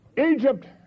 Egypt